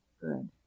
good